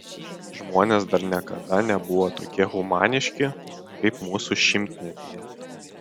žmonės dar niekada nebuvo tokie humaniški kaip mūsų šimtmetyje